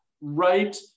Right